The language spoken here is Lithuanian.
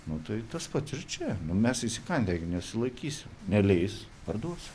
nu tai tas pats ir čia nu mes įsikandę nesilaikysiu neleis parduos